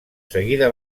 seguida